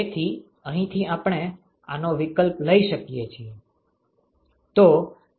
તેથી અહીંથી આપણે આનો વિકલ્પ લઈ શકીએ છીએ